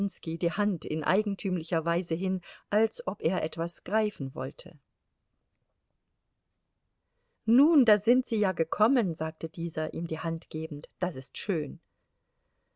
die hand in eigentümlicher weise hin als ob er etwas greifen wollte nun da sind sie ja gekommen sagte dieser ihm die hand gebend das ist schön